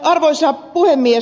arvoisa puhemies